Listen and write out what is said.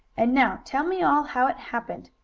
and now tell me all how it happened,